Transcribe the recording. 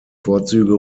vorzüge